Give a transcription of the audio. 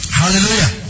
hallelujah